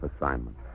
assignment